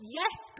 yes